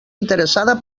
interessada